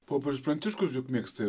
popiežius pranciškus juk mėgsta